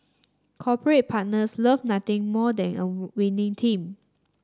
corporate partners love nothing more than a winning team